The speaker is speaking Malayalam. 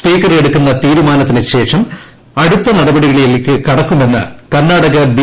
സ്പീക്കർ എടുക്കുന്ന തീരുമാനത്തിനുശേഷം അടുത്ത നടപടികളില്ലേക്ക് കടക്കുമെന്ന് കർണാടക ബി